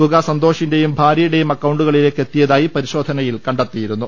തുക സന്തോഷിന്റെയും ഭാര്യയുടെയും അക്കൌണ്ടുകളിലേക്ക് എത്തിയതായി പരിശോധനയിൽ തെളിഞ്ഞിരുന്നു